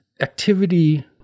activity